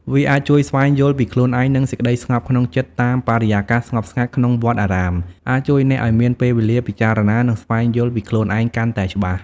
វាអាចជួយស្វែងយល់ពីខ្លួនឯង និងសេចក្ដីស្ងប់ក្នុងចិត្តតាម បរិយាកាសស្ងប់ស្ងាត់ក្នុងវត្តអារាម អាចជួយអ្នកឱ្យមានពេលវេលាពិចារណា និងស្វែងយល់ពីខ្លួនឯងកាន់តែច្បាស់។